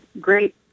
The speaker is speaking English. great